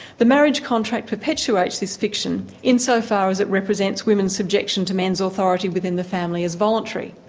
the marriage contract perpetuates this fiction insofar as it represents women's subjection to men's authority within the family as voluntary.